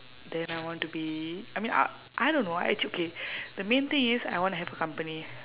then I want to be I mean I I don't know ac~ okay the main thing is I wanna have a company